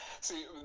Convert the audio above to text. See